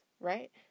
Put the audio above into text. right